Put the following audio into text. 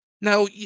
Now